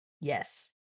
Yes